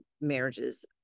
marriages